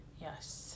Yes